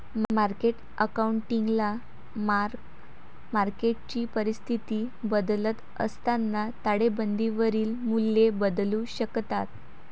market अकाउंटिंगला mark मार्केटची परिस्थिती बदलत असताना ताळेबंदावरील मूल्ये बदलू शकतात